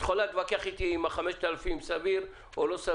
את יכולה להתווכח אם ה-5,000 סביר או לא,